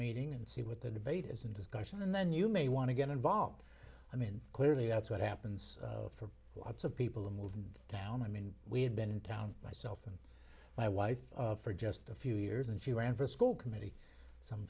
meeting and see what the debate is and discussion and then you may want to get involved i mean clearly that's what happens for lots of people who move down i mean we had been in town myself and my wife of for just a few years and she ran for school committee some